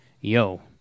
yo